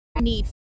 need